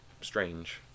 strange